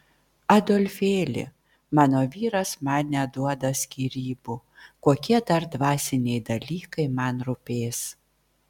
adolfėli mano vyras man neduoda skyrybų kokie dar dvasiniai dalykai man rūpės